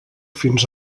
fins